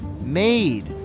made